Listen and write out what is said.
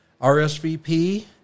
RSVP